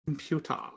computer